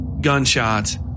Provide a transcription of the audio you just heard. gunshots